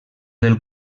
del